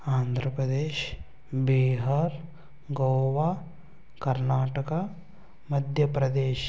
Andhra Pradesh Bihar Goa Karnataka Madhya Pradesh